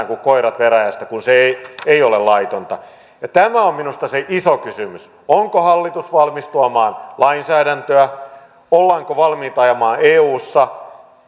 kuin koirat veräjästä kun se ei ei ole laitonta tämä on minusta se iso kysymys onko hallitus valmis tuomaan lainsäädäntöä ollaanko valmiita ajamaan eussa